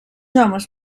homes